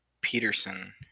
Peterson